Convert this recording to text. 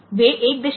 7 volt drop કરશે